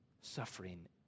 suffering